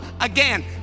again